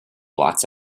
blots